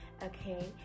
okay